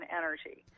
energy